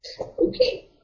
Okay